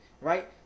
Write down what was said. right